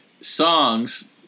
songs